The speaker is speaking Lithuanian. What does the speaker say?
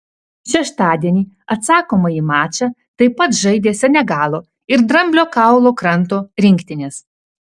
šeštadienį atsakomąjį mačą taip pat žaidė senegalo ir dramblio kaulo kranto rinktinės